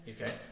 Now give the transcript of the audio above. Okay